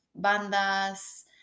bandas